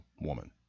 woman